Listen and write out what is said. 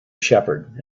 shepherd